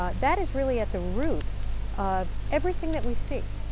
ah that is really at the root of everything that we see.